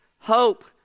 hope